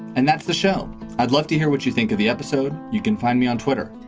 and that's the show i'd love to hear what you think of the episode. you can find me on twitter.